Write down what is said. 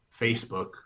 Facebook